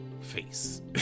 face